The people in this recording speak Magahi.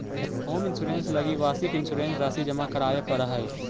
होम इंश्योरेंस लगी वार्षिक इंश्योरेंस राशि जमा करावे पड़ऽ हइ